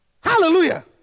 Hallelujah